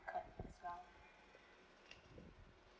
incurred as well